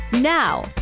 Now